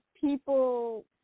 people